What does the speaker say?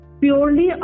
purely